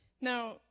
Now